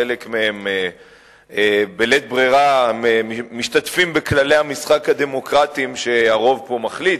חלק מהם בלית ברירה משתתפים בכללי המשחק הדמוקרטיים שהרוב פה מחליט,